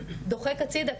דוחק הצידה,